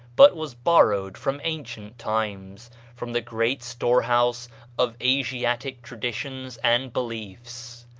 but was borrowed from ancient times, from the great storehouse of asiatic traditions and beliefs.